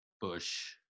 Bush